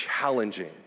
challenging